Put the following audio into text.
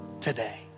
today